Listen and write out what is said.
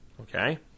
Okay